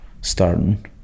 starting